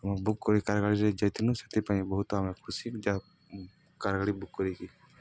ଆମେ ବୁକ୍ କରି କାର ଗାଡ଼ିରେ ଯାଇଥିନୁ ସେଥିପାଇଁ ବହୁତ ଆମେ ଖୁସି ଯାହା କାର ଗାଡ଼ି ବୁକ୍ କରିକି